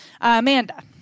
Amanda